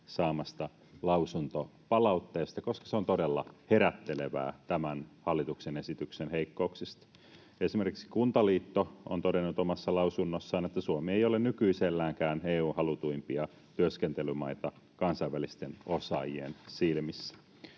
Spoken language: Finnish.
saamasta lausuntopalautteesta, koska se on todella herättelevää tämän hallituksen esityksen heikkouksista. Esimerkiksi Kuntaliitto on todennut omassa lausunnossaan, että ”Suomi ei ole nykyiselläänkään EU:n halutuimpia työskentelymaita kansainvälisten osaajien silmissä”.